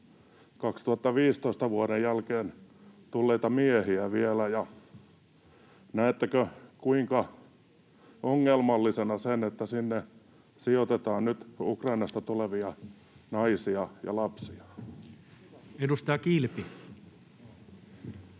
2015 jälkeen tulleita miehiä, niin näettekö kuinka ongelmallisena sen, että sinne sijoitetaan nyt Ukrainasta tulevia naisia ja lapsia. Edustaja Kilpi.